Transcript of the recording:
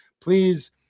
please